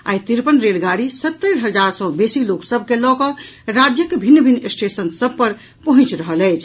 आइ तिरपन रेलगाड़ी सत्तरि हजार सॅ बेसी लोक सभ के लऽकऽ राज्यक भिन्न भिन्न स्टेशन सभ पर पहुंचि रहल अछि